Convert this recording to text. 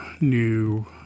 new